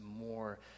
more